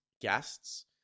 guests